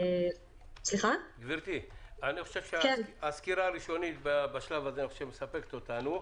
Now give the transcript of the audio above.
הסקירה הראשונית בשלב הזה מספקת אותנו.